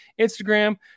Instagram